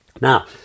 Now